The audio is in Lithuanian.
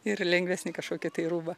ir lengvesnį kažkokį tai rūbą